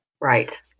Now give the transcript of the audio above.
Right